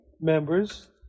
members